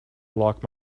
lock